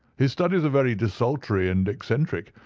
his studies are very desultory and eccentric,